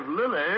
Lily